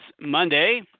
Monday